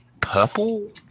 purple